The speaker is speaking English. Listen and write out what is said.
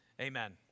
Amen